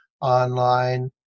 online